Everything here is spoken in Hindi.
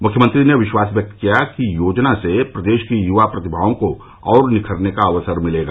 मुख्यमंत्री ने विश्वास व्यक्त किया कि योजना से प्रदेश की युवा प्रतिभाओं को और निखरने का अवसर मिलेगा